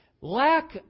lack